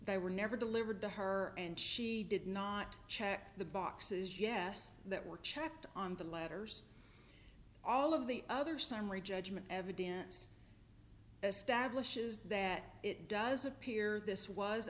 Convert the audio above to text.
they were never delivered to her and she did not check the boxes yes that were checked on the letters all of the other summary judgment evidence stablish is that it does appear this was